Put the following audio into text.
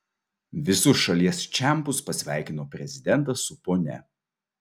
visus šalies čempus pasveikino prezidentas su ponia